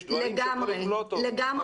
יש דברים שקורים לא טוב.